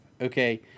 Okay